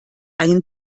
einen